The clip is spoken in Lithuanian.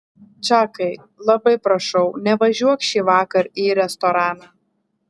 čakai labai prašau nevažiuok šįvakar į restoraną